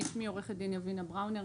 אני עו"ד יבינה בראונר,